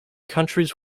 countries